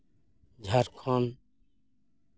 Jharkhand